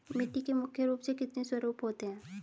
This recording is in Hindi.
मिट्टी के मुख्य रूप से कितने स्वरूप होते हैं?